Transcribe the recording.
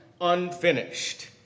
unfinished